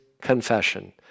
confession